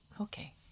Okay